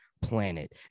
planet